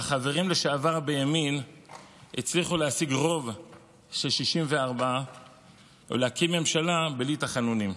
והחברים לשעבר בימין הצליחו להשיג רוב של 64 ולהקים ממשלה בלי תחנונים.